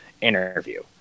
interview